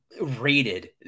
rated